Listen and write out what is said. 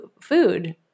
food